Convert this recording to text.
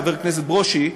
חבר הכנסת ברושי,